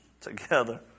together